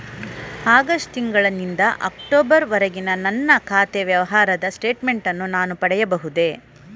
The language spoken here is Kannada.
ಆಗಸ್ಟ್ ತಿಂಗಳು ನಿಂದ ಅಕ್ಟೋಬರ್ ವರೆಗಿನ ನನ್ನ ಖಾತೆ ವ್ಯವಹಾರದ ಸ್ಟೇಟ್ಮೆಂಟನ್ನು ನಾನು ಪಡೆಯಬಹುದೇ?